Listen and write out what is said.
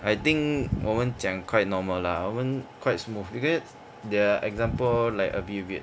I think 我们讲 quite normal lah 我们 quite smooth because the example like a bit weird